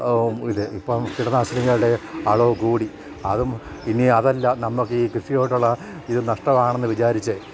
ഇത് ഇപ്പം കിടനാനികളുടെ അളവ് കൂടി അതും ഇനി അതെല്ല നമ്മൾക്ക് ഈ ഈ കൃഷിയോട്ടുള്ള ഇത് നഷ്ടമാണെന്ന് വിചാരിച്ചത്